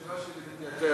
השאלה שלי מתייתרת.